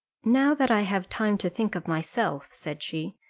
now that i have time to think of myself, said she,